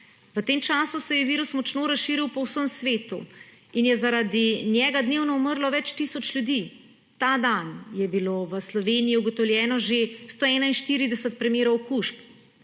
V tem času se je virus močno razširil po vsem svetu in je zaradi njega dnevno umrlo več tisoč ljudi. Ta dan je bilo v Sloveniji ugotovljenih že 141 primerov okužb.